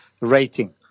rating